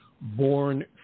Born